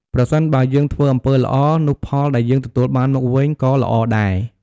ប្រសិនបើយើងធ្វើអំពើល្អ នោះផលដែលយើងទទួលបានមកវិញក៏ល្អដែរ។